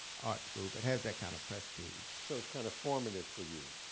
art school, that has that kind of prestige. so it was kind of formative for you,